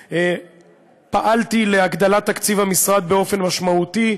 פעלתי להגדלת תקציב המשרד באופן משמעותי,